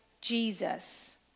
Jesus